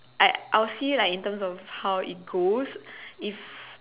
I I would see it like in terms of how it goes if